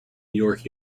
york